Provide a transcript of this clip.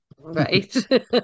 right